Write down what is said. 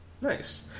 Nice